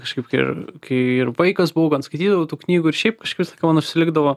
kažkaip ir kai ir vaikas buvau gan skaitydavau tų knygų ir šiaip kažkaip visąlaik man užsilikdavo